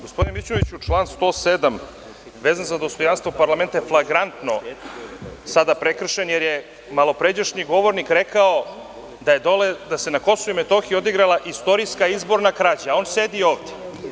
Gospodine Mićunoviću, član 107. vezan za dostojanstvo parlamenta je flagrantno sada prekršen, jer je malopređašnji govornik rekao da se na KiM odigrala istorijska izborna krađa, a on sedi ovde.